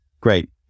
great